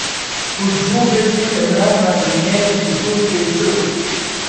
su džiugesiu ėmiau nagrinėti kitus skaičius